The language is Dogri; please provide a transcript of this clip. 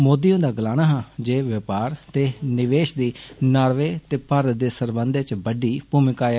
मोदी हुन्दा गलाना हा जे बपार ते निवेष दी नारवे ते भारत दे सरबंधै च बड्डी भूमिका ऐ